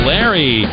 Larry